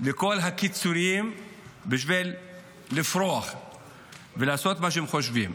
לכל הקיצונים לפרוח ולעשות מה שהם חושבים.